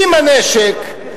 עם הנשק,